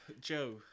Joe